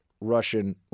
Russian